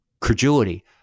credulity